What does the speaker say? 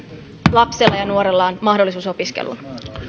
lapsella ja nuorella on mahdollisuus opiskeluun